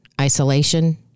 isolation